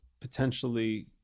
potentially